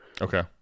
Okay